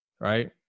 right